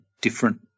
different